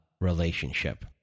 relationship